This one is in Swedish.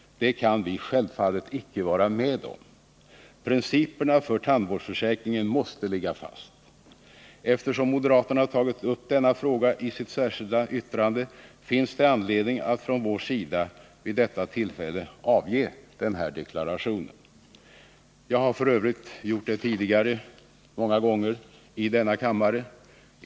Det kan vi självfallet inte vara med om. Principerna för tandvårdsförsäkringen måste ligga fast. Eftersom moderaterna tagit. upp denna fråga i sitt särskilda yttrande finns det anledning att från vår sida vid detta tillfälle avge denna deklaration. Jag har för övrigt gjort det tidigare många gånger i denna kammare.